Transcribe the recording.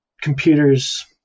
computers